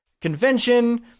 convention